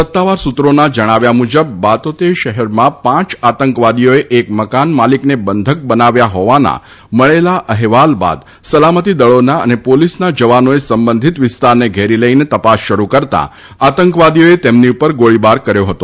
સત્તાવાર સત્રોના જણાવ્યા મુજબ બાતોતે શહેરમાં પાંચ આતંકવાદીઓએ એક મકાન માલિકને બંધક બનાવ્યા હોવાના મળેલા અહેવાલ બાદ સલામતી દળોના અને પોલીસના જવાનોએ સંબંધિત વિસ્તારને ઘેરી લઇને તપાસ શરૂ કરતા આતંકવાદીઓએ તેમની ઉપર ગોળીબાર કર્યો હતો